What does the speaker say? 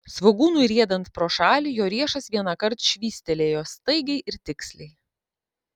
svogūnui riedant pro šalį jo riešas vienąkart švystelėjo staigiai ir tiksliai